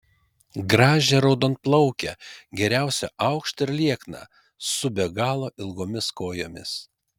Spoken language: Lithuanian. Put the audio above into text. gražią raudonplaukę geriausia aukštą ir liekną su be galo ilgomis kojomis